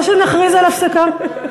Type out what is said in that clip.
או שנכריז על הפסקה?